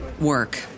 work